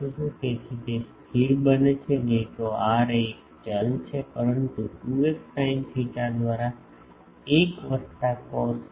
તેથી તે સ્થિર બને છે નહીં તો r એ એક ચલ છે પરંતુ 2f sin theta દ્વારા 1 વત્તા કોસ થેટા